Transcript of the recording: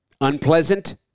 unpleasant